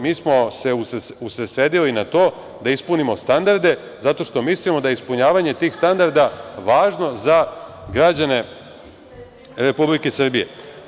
Mi smo se usredsredili na to da ispunimo standarde, zato što mislimo da je ispunjavanje tih standarda važno za građane Republike Srbije.